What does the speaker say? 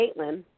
Caitlin